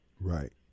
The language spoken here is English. Right